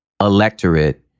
electorate